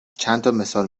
چندتامثال